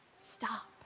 Stop